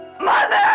Mother